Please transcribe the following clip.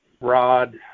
rod